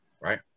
right